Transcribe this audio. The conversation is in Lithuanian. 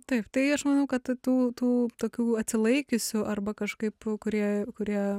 taip tai aš manau kad tų tų tokių atsilaikiusių arba kažkaip kurie kurie